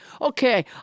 okay